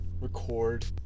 record